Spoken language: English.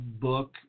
book